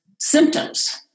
symptoms